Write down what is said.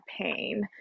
pain